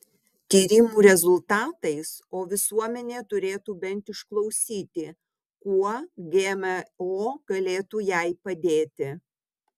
tyrimų rezultatais o visuomenė turėtų bent išklausyti kuo gmo galėtų jai padėti